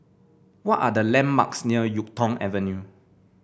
what are the landmarks near YuK Tong Avenue